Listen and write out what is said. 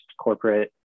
corporate